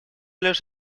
лишь